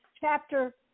chapter